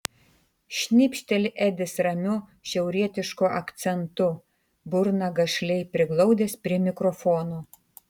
šnipšteli edis ramiu šiaurietišku akcentu burną gašliai priglaudęs prie mikrofono